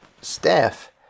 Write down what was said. staff